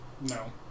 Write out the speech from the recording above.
No